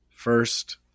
First